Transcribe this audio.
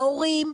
ההורים.